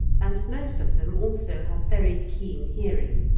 and most of them, also, have very keen hearing,